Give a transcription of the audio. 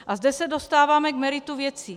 A zde se dostáváme k meritu věci.